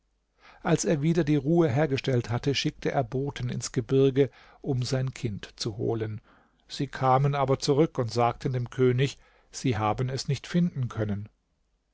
als er wieder die ruhe hergestellt hatte schickte er boten ins gebirge um sein kind zu holen sie kamen aber zurück und sagten dem könig sie haben es nicht finden können